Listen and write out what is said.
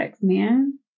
man